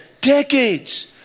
decades